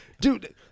Dude